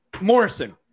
Morrison